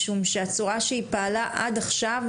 משום שהצורה שהיא פעלה עד עכשיו,